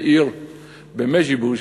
בעיר מז'יבוז'